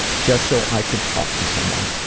just so i could talk to someone.